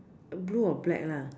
blue or black lah